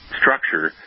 structure